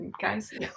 guys